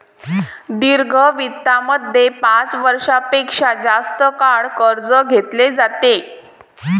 दीर्घ वित्तामध्ये पाच वर्षां पेक्षा जास्त काळ कर्ज घेतले जाते